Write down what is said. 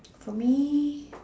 for me